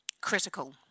critical